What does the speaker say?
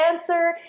answer